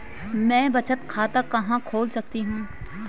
मैं बचत खाता कहां खोल सकती हूँ?